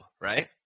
right